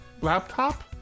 laptop